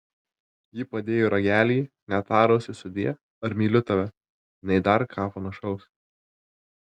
ji padėjo ragelį netarusi sudie ar myliu tave nei dar ką panašaus